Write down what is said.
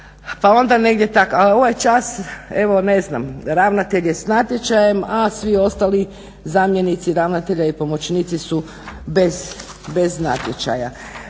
pa onda negdje tako. Ali ovaj čas evo ne znam ravnatelje s natječajem, a svi ostali zamjenici ravnatelja i pomoćnici su bez natječaja.